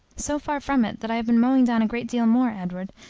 so far from it, that i have been mowing down a great deal more, edward,